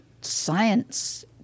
science